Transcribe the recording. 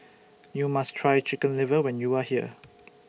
YOU must Try Chicken Liver when YOU Are here